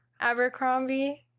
Abercrombie